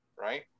right